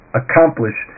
accomplish